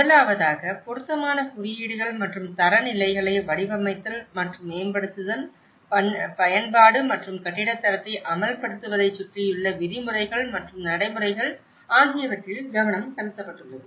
முதலாவதாக பொருத்தமான குறியீடுகள் மற்றும் தரநிலைகளை வடிவமைத்தல் மற்றும் மேம்படுத்துதல் பயன்பாடு மற்றும் கட்டிடத் தரத்தை அமல்படுத்துவதைச் சுற்றியுள்ள விதிமுறைகள் மற்றும் நடைமுறைகள் ஆகியவற்றில் கவனம் செலுத்தப்பட்டுள்ளது